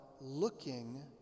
looking